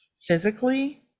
physically